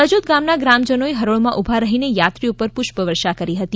સજોદ ગામના ગ્રામજનોએ હરોળમાં ઉભા રહીને યાત્રીઓ પર પુષ્પાવર્ષા કરી હતી